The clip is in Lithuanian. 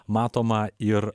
matoma ir